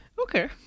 okay